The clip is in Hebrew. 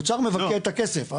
האוצר מבטא את הכסף.